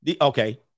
Okay